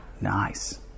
nice